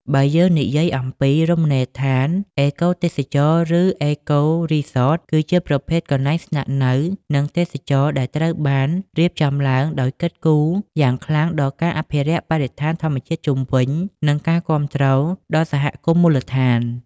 បើយើងនិយាយអំពី រមណីយដ្ឋានអេកូទេសចរណ៍ ឬ អេកូ រីសត គឺជាប្រភេទកន្លែងស្នាក់នៅ និងទេសចរណ៍ដែលត្រូវបានរៀបចំឡើងដោយគិតគូរយ៉ាងខ្លាំងដល់ការអភិរក្សបរិស្ថានធម្មជាតិជុំវិញ និងគាំទ្រដល់សហគមន៍មូលដ្ឋាន។